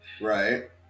right